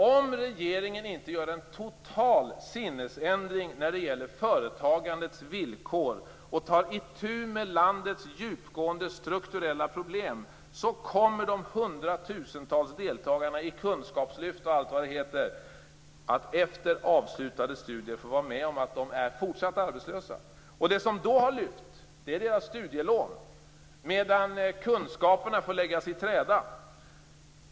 Om regeringen inte gör en total sinnesförändring när det gäller företagandets villkor och tar itu med landets djupgående strukturella problem, kommer de hundratusentals deltagarna i kunskapslyft och allt vad det heter att efter avslutade studier fortsatt få vara arbetslösa. Det som då har lyft är deras studielån, medan kunskaperna får läggas i träda.